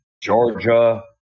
Georgia